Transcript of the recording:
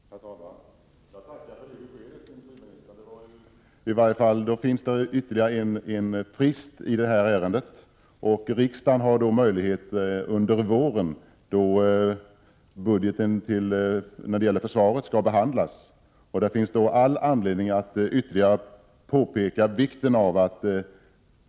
Herr talman! Jag tackar för det beskedet, industriministern! Det finns alltså ytterligare en frist för riksdagen, under våren, då budgeten för försvaret skall behandlas. Det finns all anledning att ytterligare betona allvaret i detta.